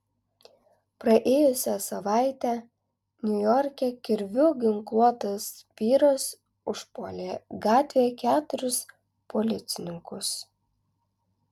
praėjusią savaitę niujorke kirviu ginkluotas vyras užpuolė gatvėje keturis policininkus